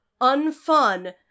unfun